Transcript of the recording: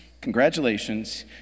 congratulations